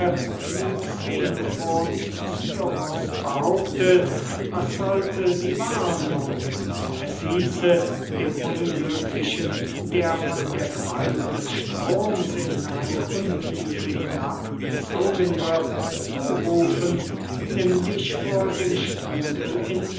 was sollte die warnung es hieße dem unglücklichen der von der gewalt des stroms in eine untiefe hinabgezogen wird zurufen nimm dich vor dem strudel in